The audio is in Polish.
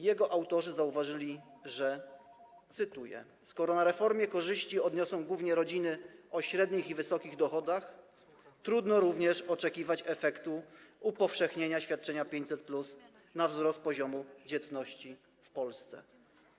Jego autorzy zauważyli, że skoro z reformy korzyści odniosą głównie rodziny o średnich i wysokich dochodach, trudno również oczekiwać efektu, wpływu upowszechnienia świadczenia 500+ na wzrost poziomu dzietności w Polsce.